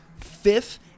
fifth